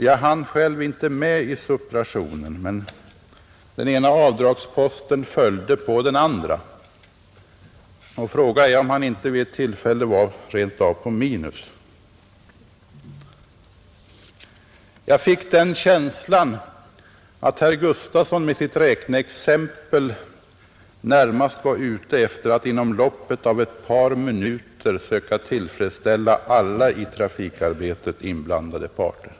Jag hann själv inte med i subtraktionen, men politiken m.m. den ena avdragsposten följde på den andra, och frågan är om han inte vid ett tillfälle rent av stod på minus, Jag fick den känslan att herr Gustafson med sitt räkneexempel närmast var ute efter att inom loppet av ett par minuter söka tillfredsställa alla i trafikarbetet inblandade parter.